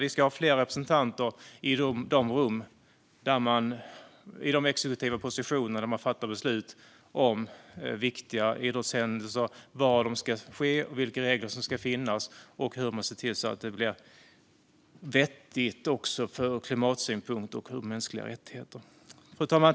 Vi ska ha fler representanter i exekutiva positioner där man fattar beslut om viktiga idrottshändelser och var de ska ske, vilka regler som ska gälla och hur man ser till att det blir vettigt utifrån klimatsynpunkt och mänskliga rättigheter. Fru talman!